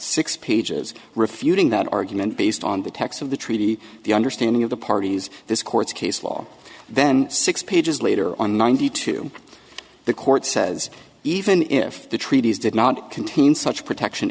six pages refuting that argument based on the text of the treaty the understanding of the parties this court case law then six pages later on ninety two the court says even if the treaties did not contain such protection